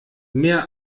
mehr